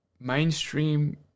mainstream